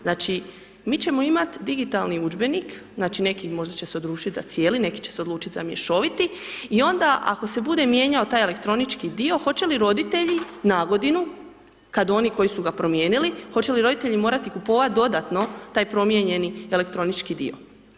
Znači, mi ćemo imati digitalni udžbenik, znači, neki možda će se odlučiti za cijeli, neki će se odlučiti za mješoviti i onda ako se bude mijenjao taj elektronički dio, hoće li roditelji na godinu, kad oni koji su ga promijenili, hoće li roditelji morati kupovati dodatno taj promijenjeni elektronički dio?